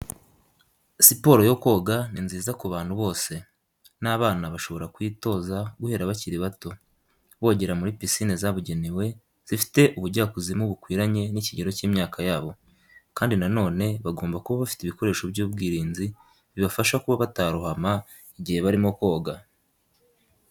Siporo yo koga ni nziza ku bantu bose, n'abana bashobora kuyitoza guhera bakiri bato, bogera muri pisine zabugenewe zifite ubujyakuzimu bukwiranye n'ikigero cy'imyaka yabo, kandi na none bagomba kuba bafite ibikoresho by'ubwirinzi bibafasha kuba batarohama igihe barimo koga.